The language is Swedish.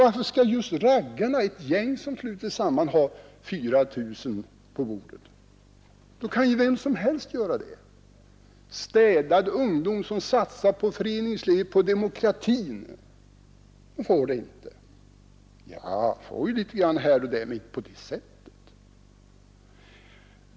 Varför skall just raggarna, ett gäng som slutit sig samman, ha 4 000 kronor på bordet? Då kan ju vem som helst fordra det. Städad ungdom som satsar på föreningslivet, på demokratin, får det inte. De får visserligen litet bidrag här och där, men inte på det sättet.